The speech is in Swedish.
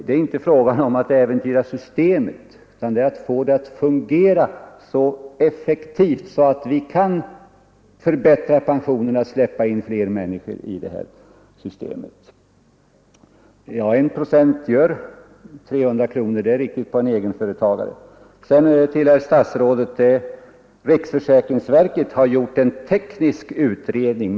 Det är inte fråga om att äventyra systemet, utan det gäller att få det att fungera så effektivt att vi kan förbättra pensionerna och släppa in fler människor i systemet. 1 procent gör 300 kronor på en egenföretagare — det är riktigt. Till herr statsrådet vill jag säga att riksförsäkringsverket har gjort en teknisk utredning.